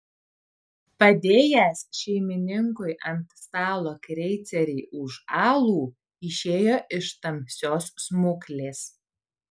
padėjęs šeimininkui ant stalo kreicerį už alų išėjo iš tamsios smuklės